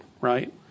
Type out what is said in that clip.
right